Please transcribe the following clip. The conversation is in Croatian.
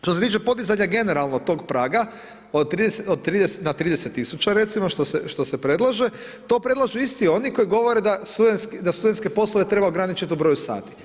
Što se tiče podizanje generalno tog praga na 30 tisuća recimo što se predlaže to predlažu isti oni koji govore da studentske poslove treba ograničiti u broju sati.